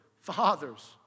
Fathers